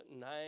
nine